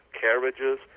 carriages